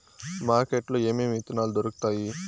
market లో ఏమేమి విత్తనాలు దొరుకుతాయి